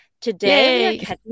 Today